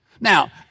Now